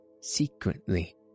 Secretly